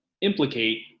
implicate